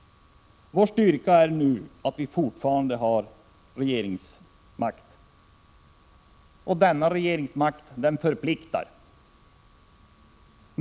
Vår styrka är nu att vi fortfarande har regeringsmakt. Men den makten förpliktar.